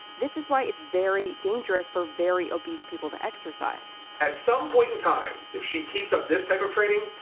this is why it's very dangerous for very obese people to exercise. at some point in time, if she keeps up this type of training,